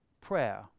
prayer